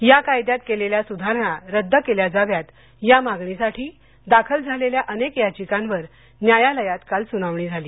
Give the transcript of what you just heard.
या कायद्यात केलेल्या सुधारणा रद्द केल्या जाव्यात या मागणीसाठी दाखल झालेल्या अनेक याचिकांवर न्यायालयात काल सुनावणी झाली